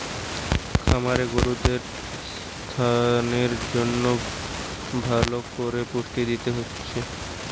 খামারে গরুদের সাস্থের জন্যে ভালো কোরে পুষ্টি দিতে হচ্ছে